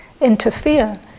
interfere